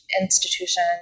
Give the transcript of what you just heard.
institution